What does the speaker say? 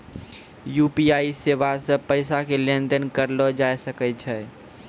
UPI सेबा से पैसा के लेन देन करलो जाय सकै छै